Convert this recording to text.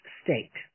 state